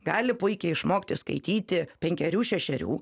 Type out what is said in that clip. gali puikiai išmokti skaityti penkerių šešerių